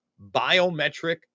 biometric